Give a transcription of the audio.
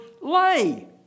lay